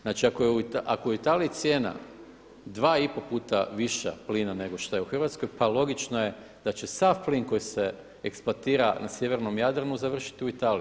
Znači ako je u Italiji cijena 2,5 puta viša plina nego što je u Hrvatskoj, pa logično je da će sav plin koji se eksploatira na sjevernom Jadranu završiti u Italiji.